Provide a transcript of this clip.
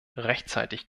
rechtzeitig